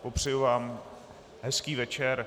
Popřeji vám hezký večer.